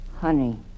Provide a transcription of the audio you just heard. Honey